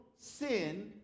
sin